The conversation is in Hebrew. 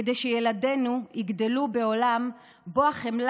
כדי שילדינו יגדלו בעולם שבו החמלה